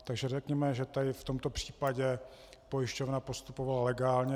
Takže řekněme, že tady v tomto případě pojišťovna postupovala legálně.